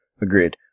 Agreed